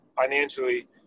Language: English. financially